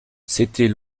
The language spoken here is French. c’était